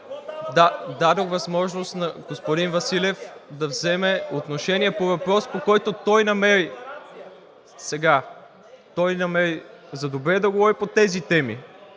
Дадох възможност на господин Василев да вземе отношение по въпрос, по който той намери за добре, да говори по тези теми.